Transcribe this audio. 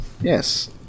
yes